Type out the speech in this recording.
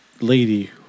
lady